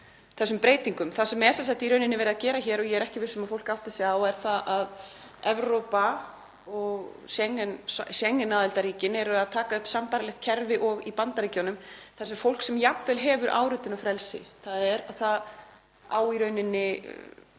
þeim breytingum. Það sem er í rauninni verið að gera hér og ég er ekki viss um að fólk átti sig á er að Evrópa og Schengen-aðildarríkin eru að taka upp sambærilegt kerfi og í Bandaríkjunum þar sem fólki sem jafnvel hefur áritunarfrelsi, þ.e. það á í rauninni